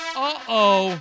Uh-oh